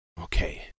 okay